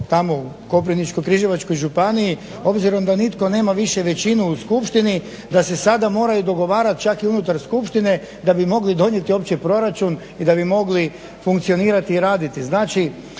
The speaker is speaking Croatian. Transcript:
tamo u Koprivničko-križevačkoj županiji obzirom da nitko nema više većinu u skupštini da se sada moraju dogovarati čak i unutar skupštine da bi mogli donijeti uopće proračun i da bi mogli funkcionirati i raditi.